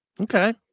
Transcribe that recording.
Okay